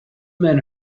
men